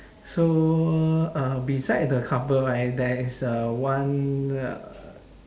so uh beside the couple right there is a one uh